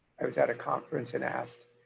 i was at a conference and asked.